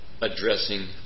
addressing